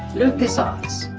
lucasarts